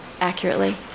accurately